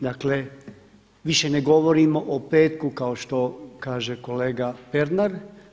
Dakle, više ne govorimo o petku kao što kaže kolega Pernar.